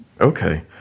okay